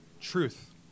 truth